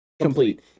complete